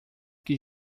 que